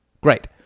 Great